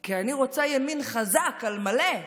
כי אני רוצה ימין חזק, על מלא.